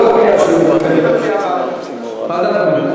חוץ וביטחון.